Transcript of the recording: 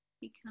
become